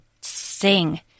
sing